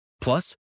Plus